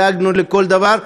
דאגנו לכל דבר,